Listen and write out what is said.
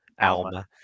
Alma